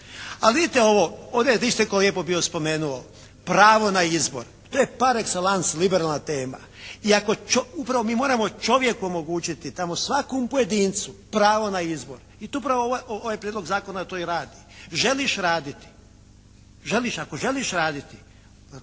A vidite ovo, ovdje je isto netko bio spomenuo pravo na izbor. To je par exellence liberalna tema i ako, upravo mi moramo čovjeku omogućiti, tamo svakom pojedincu pravo na izbor i to upravo ovaj Prijedlog zakona to i radi. Želiš raditi, želiš, ako želiš raditi